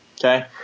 Okay